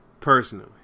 Personally